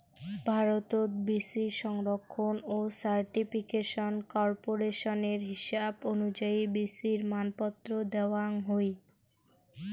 ভারতত বীচি সংরক্ষণ ও সার্টিফিকেশন কর্পোরেশনের হিসাব অনুযায়ী বীচির মানপত্র দ্যাওয়াং হই